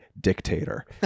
dictator